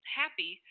happy